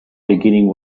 beginning